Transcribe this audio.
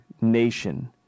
Nation